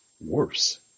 worse